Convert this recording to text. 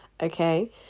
okay